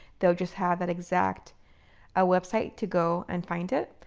they'll just have that exact ah website to go and find it.